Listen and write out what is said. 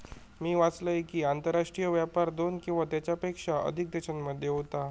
मी वाचलंय कि, आंतरराष्ट्रीय व्यापार दोन किंवा त्येच्यापेक्षा अधिक देशांमध्ये होता